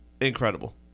Incredible